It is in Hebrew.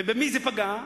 ובמי זה פגע?